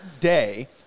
day